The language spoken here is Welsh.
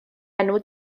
enw